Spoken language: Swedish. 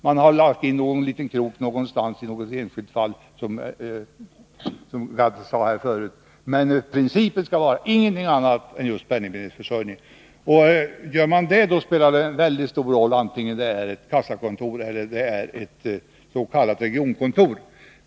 Man har lagt in en liten krok i något enskilt fall, som Arne Gadd sade här tidigare. Men principen skall vara att man inte sysslar med något annat än just penningmedelsförsörjningen. Gör man det, spelar det väldigt stor roll — vare sig det är ett kassakontor eller ett s.k. regionkontor.